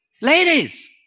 Ladies